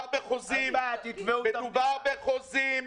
אין בעיה, תתבעו את המדינה.